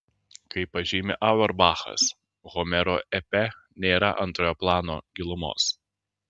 kaip pažymi auerbachas homero epe nėra antrojo plano gilumos